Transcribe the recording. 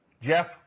Jeff